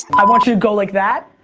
i want you to go like that,